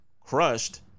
crushed